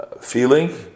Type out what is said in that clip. feeling